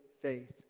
faith